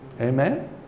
amen